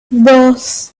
dos